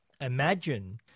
Imagine